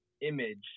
image